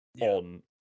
on